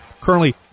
Currently